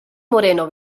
moreno